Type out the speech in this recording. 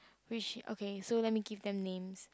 which okay so let me give them names